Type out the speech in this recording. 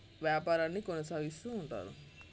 వ్యాపారాన్ని కొనసాగిస్తు ఉంటారు